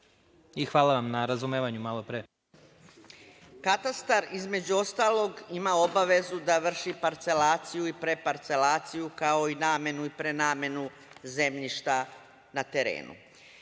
i hvala vam na razumevanju malopre. **Vjerica Radeta** Katastar, između ostalog, ima obavezu da vrši parcelaciju i preparcelaciju, kao i namenu i prenamenu zemljišta na terenu.I